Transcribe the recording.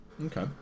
Okay